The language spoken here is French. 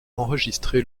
enregistré